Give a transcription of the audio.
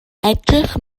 edrych